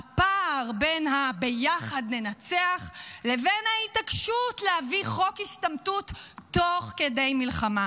הפער בין ה"ביחד ננצח" לבין ההתעקשות להביא חוק השתמטות תוך כדי מלחמה,